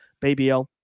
BBL